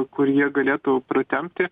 kur jie galėtų pratempti